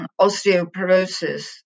osteoporosis